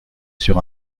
sur